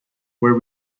were